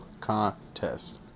contest